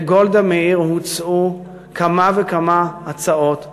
לגולדה מאיר הוצעו כמה וכמה הצעות ויוזמות,